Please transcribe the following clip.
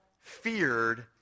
feared